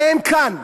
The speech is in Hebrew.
והם כאן,